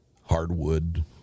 hardwood